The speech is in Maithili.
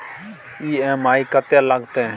ई.एम.आई कत्ते लगतै?